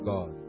God